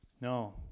No